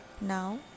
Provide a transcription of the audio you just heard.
Now